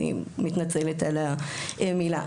מתנצלת על המילה.